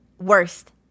Worst